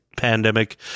pandemic